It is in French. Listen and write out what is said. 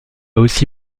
aussi